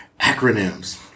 acronyms